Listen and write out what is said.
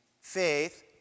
faith